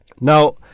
now